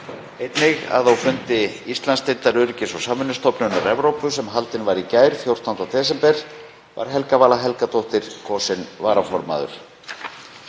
Einnig að á fundi Íslandsdeildar Öryggis- og samvinnustofnunar Evrópu sem haldinn var í gær, 14. desember, var Helga Vala Helgadóttir kosin varaformaður.